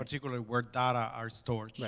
particularly wear data are stored. yeah